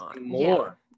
more